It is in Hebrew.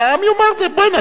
והעם יאמר: בוא'נה,